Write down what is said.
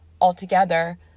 altogether